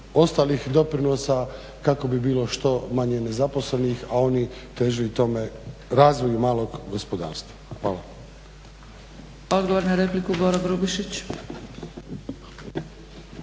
ostalih doprinosa kako bi bilo što manje nezaposlenih, a oni teže i tome razvoju malog gospodarstva. Hvala. **Zgrebec, Dragica